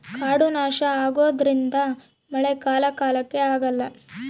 ಕಾಡು ನಾಶ ಆಗೋದ್ರಿಂದ ಮಳೆ ಕಾಲ ಕಾಲಕ್ಕೆ ಆಗಲ್ಲ